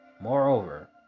Moreover